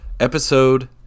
Episode